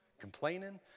Complaining